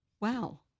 Wow